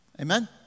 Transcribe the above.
Amen